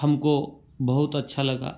हमको बहुत अच्छा लगा